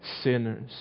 sinners